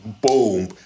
boom